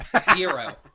zero